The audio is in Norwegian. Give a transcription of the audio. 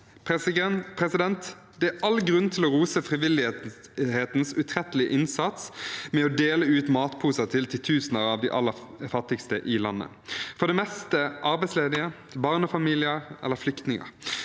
alle hjem. Det er all grunn til å rose frivillighetens utrettelige innsats med å dele ut matposer til titusener av de aller fattigste i landet – for det meste arbeidsledige, barnefamilier eller flyktninger